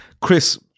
Chris